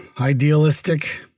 idealistic